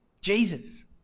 Jesus